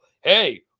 hey